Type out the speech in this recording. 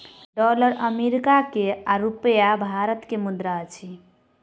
dollar America के आ रूपया भारत के मुद्रा अछि